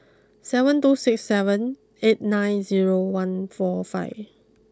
seven two six seven eight nine zero one four five